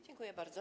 Dziękuję bardzo.